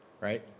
right